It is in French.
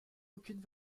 aucunes